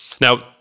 Now